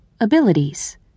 Abilities